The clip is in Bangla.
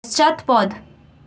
পশ্চাৎপদ